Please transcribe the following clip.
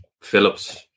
Phillips